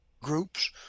groups